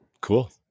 Cool